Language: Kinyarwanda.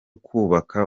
kubaka